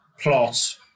plot